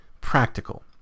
practical